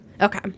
okay